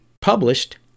published